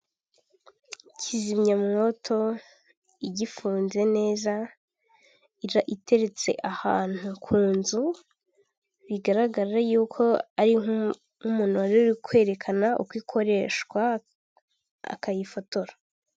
Kizimyamwoto igifunze neza iteretse ahantu ku nzu bigaragara yuko ari nk'umuntu wari uri kwerekana uko ikoreshwa akayifotora.